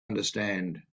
understand